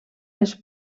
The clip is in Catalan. les